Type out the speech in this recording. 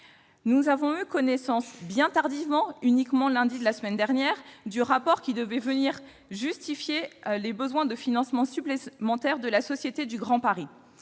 Nous avons eu connaissance bien tardivement- le lundi de la semaine dernière -du rapport qui devait venir justifier les besoins de financement supplémentaire de la Société du Grand Paris